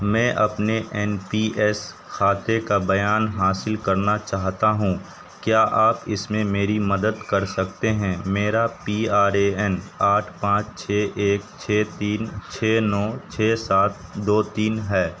میں اپنے N P S خاتے کا بیان حاصل کرنا چاہتا ہوں کیا آپ اس میں میری مدد کر سکتے ہیں میرا پی آر اے این آٹھ پانچ چھ ایک چھ تین چھ نو چھ سات دو تین ہے